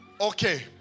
Okay